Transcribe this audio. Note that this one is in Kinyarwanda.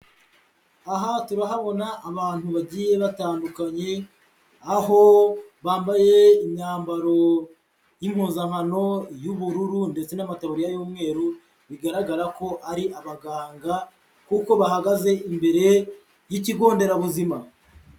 Aha turahabona abantu bagiye batandukanye, aho bambaye imyambaro y'impuzankano y'ubururu ndetse n'amataburiya y'umweru, bigaragara ko ari abaganga kuko bahagaze imbere y'ikigo nderabuzima.